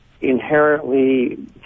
inherently